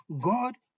God